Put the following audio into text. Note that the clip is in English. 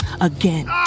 again